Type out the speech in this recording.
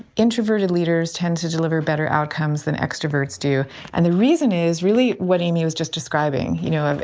introverted leaders tend to deliver better outcomes than extroverts do and the reason is really what amy was just describing. you know, and